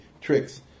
tricks